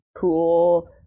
cool